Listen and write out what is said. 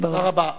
תודה רבה.